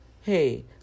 hey